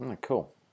cool